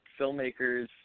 filmmakers